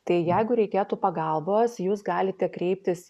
tai jeigu reikėtų pagalbos jūs galite kreiptis